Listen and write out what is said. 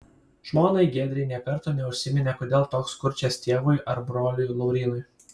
žmonai giedrei nė karto neužsiminė kodėl toks kurčias tėvui ar broliui laurynui